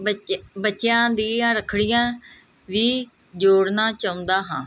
ਬੱਚਿ ਬੱਚਿਆਂ ਦੀਆਂ ਰੱਖੜੀਆਂ ਵੀ ਜੋੜਨਾ ਚਾਹੁੰਦਾ ਹਾਂ